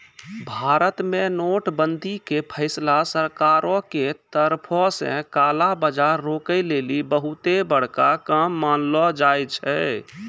भारत मे नोट बंदी के फैसला सरकारो के तरफो से काला बजार रोकै लेली बहुते बड़का काम मानलो जाय छै